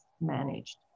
managed